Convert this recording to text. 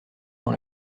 dans